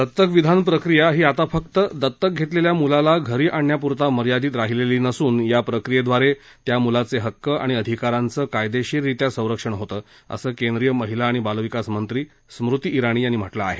दत्तक विधान प्रक्रिया ही आता फक्त दतक घेतलेल्या मुलाला घरी आणण्याप्रता मर्यादित राहीलेली नसून या प्रक्रियेद्वारे त्या मुलाचे हक्क आणि अधिकारांचं कायदेशीररित्या संरक्षण होतं असं केंद्रीय महिला आणि बालविकास मंत्री स्मृती इराणी यांनी म्हटलं आहे